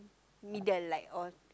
middle like all